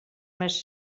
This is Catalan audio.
més